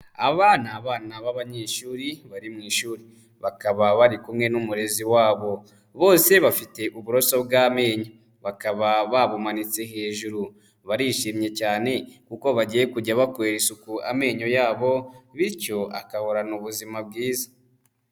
Aba ni abana b'abanyeshuri bari mu ishuri, bakaba bari kumwe n'umurezi wabo. Bose bafite uburoso bw'amenyo bakaba babumanitse hejuru. Barishimye cyane kuko bagiye kujya bakorera isuku amenyo yabo bityo agahorana ubuzima bwiza.